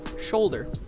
Shoulder